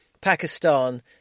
Pakistan